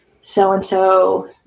so-and-so